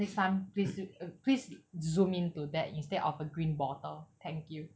next time please please zoom in to that instead of a green bottle thank you